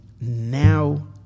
now